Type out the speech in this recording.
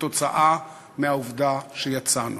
בשל העובדה שיצאנו.